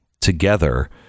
together